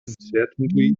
uncertainly